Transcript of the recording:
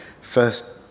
first